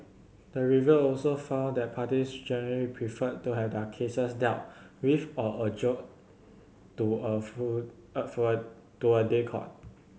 the review also found that parties generally preferred to have their cases dealt with or adjourned to a full a to a day court